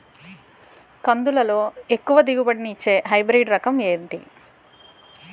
కందుల లో ఎక్కువ దిగుబడి ని ఇచ్చే హైబ్రిడ్ రకం ఏంటి?